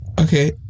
Okay